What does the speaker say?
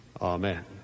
amen